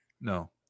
No